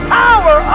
power